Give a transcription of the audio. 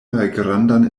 malgrandan